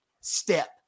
step